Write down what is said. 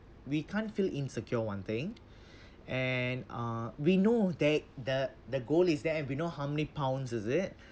we can't feel insecure one thing and ah we know that the the gold is there and we know how many pounds is it